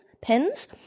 pens